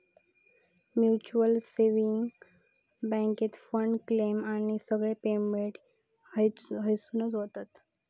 mutual saving बॅन्केत fund, claim आणि सगळे पेमेंट हयसूनच होतत